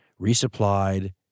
resupplied